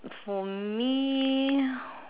for me